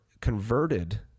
converted